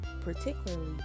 particularly